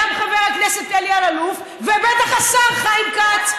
גם חבר הכנסת אלאלוף ובטח השר חיים כץ,